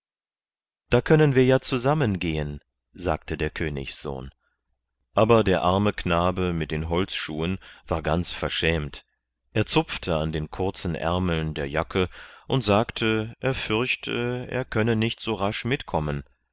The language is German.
da können wir ja zusammen gehen sagte der königssohn aber der arme knabe mit den holzschuhen war ganz verschämt er zupfte an den kurzen ärmeln der jacke und sagte er fürchte er könne nicht so rasch mitkommen